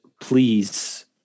please